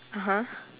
(uh huh)